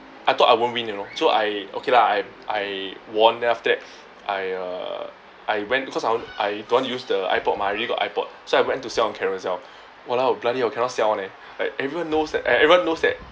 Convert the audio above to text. I thought I won't win you know so I okay lah I I won then after that I uh I went because I I don't want to use the airpod mah I already got aipord so I went to sell on carousell !walao! bloody orh cannot sell leh like everyone knows that everyone knows that